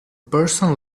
person